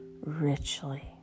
richly